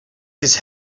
his